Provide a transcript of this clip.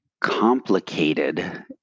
complicated